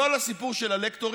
לא על הסיפור של הלקטורים,